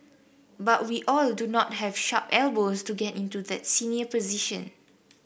but we all do not have sharp elbows to get into that senior position